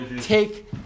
take